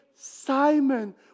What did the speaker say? Simon